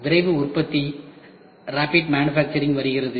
விரைவு உற்பத்தி வருகிறது